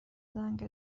زنگ